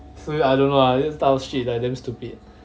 so I I don't know lah this type of shit like damn stupid